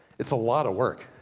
it's a lot of work.